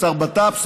שר בט"פ,